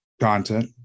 Content